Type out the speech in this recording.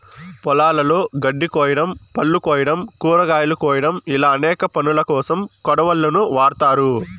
పొలాలలో గడ్డి కోయడం, పళ్ళు కోయడం, కూరగాయలు కోయడం ఇలా అనేక పనులకోసం కొడవళ్ళను వాడ్తారు